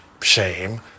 shame